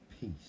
Peace